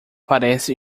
parece